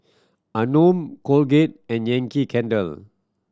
Anmum Colgate and Yankee Candle